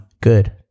good